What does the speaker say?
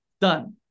Done